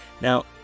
Now